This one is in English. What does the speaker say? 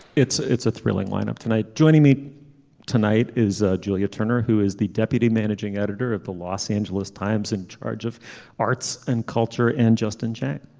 it's it's a thrilling lineup tonight. joining me tonight is julia turner who is the deputy managing editor of the los angeles times in charge of arts and culture and justin chang.